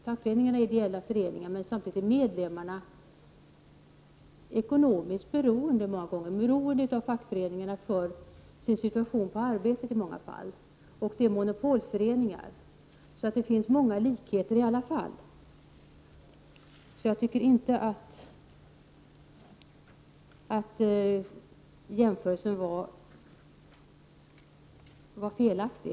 Fackföreningarna är ideella föreningar men deras medlemmar är många gånger samtidigt ekonomiskt beroende av fackföreningarna för att klara sin situation i arbetet. Det handlar om monopolföreningar. Det finns alltså många likheter. Mot den bakgrunden var jämförelsen inte felaktig.